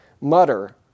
mutter